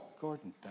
Gordon